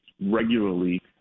regularly